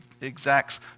exacts